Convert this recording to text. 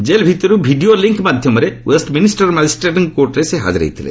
jail ଭିତରୁ video link ମାଧ୍ୟମରେ Westminster ମାଜିଷ୍ଟ୍ରେଟ୍ଙ୍କ କୋର୍ଟରେ ସେ ହାଜର ହୋଇଥିଲେ